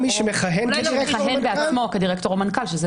או מי שמכהן כדירקטור או מנכ"ל?